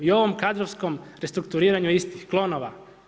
I ovom kadrovskom restrukturiranju istih klonova.